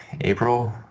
April